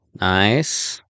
Nice